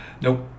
Nope